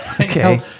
Okay